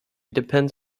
depends